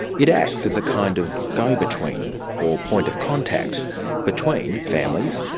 it acts as a kind of go between or point of contact between families,